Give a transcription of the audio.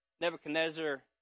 Nebuchadnezzar